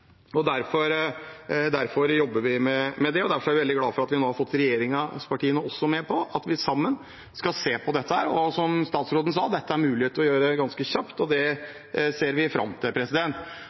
Derfor jobber vi med det, og derfor er jeg veldig glad for at vi nå også har fått regjeringspartiene med på at vi sammen skal se på dette. Som statsråden sa, dette er det muligheter for å gjøre ganske kjapt, og det ser vi fram til.